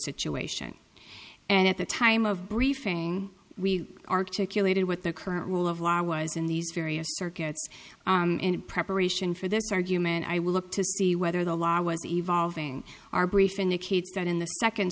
situation and at the time of briefing we articulated what the current rule of law was in these various circuits in preparation for this argument i will look to see whether the law was evolving our brief indicates that in the second